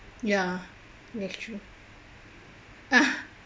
ya that's true